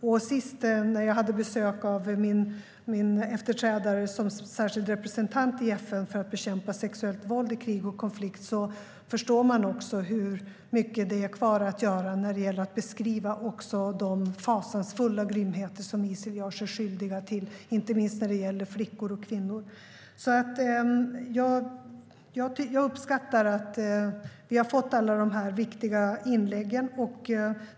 När jag senast hade besök av min efterträdare som särskild representant i FN för att bekämpa sexuellt våld i krig och konflikt förstod jag också hur mycket det är kvar att göra när det gäller att beskriva de fasansfulla grymheter som Isil gör sig skyldig till, inte minst när det gäller flickor och kvinnor. Jag uppskattar att vi har fått alla de här viktiga inläggen.